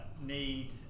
need